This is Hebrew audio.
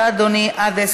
מי עוד?